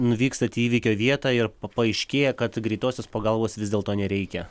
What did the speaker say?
nuvykstat į įvykio vietą ir paaiškėja kad greitosios pagalbos vis dėlto nereikia